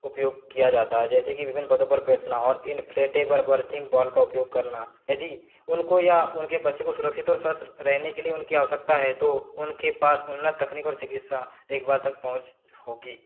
उपयोग किया जाता है जैसे कि विभिन्न पदों पर बैठना और इन्फ़्लेटेबल बर्थिंग बॉल का उपयोग करना यदि उनको या उनके बच्चे को सुरक्षित और स्वस्थ रहने के लिए उनकी आवश्यकता है तो उनके पास उन्नत तकनीक और चिकित्सा देखभाल तक पहुँच होगी